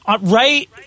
right